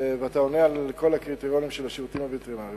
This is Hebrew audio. ועונה על כל הקריטריונים של השירותים הווטרינריים,